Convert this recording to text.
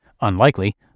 unlikely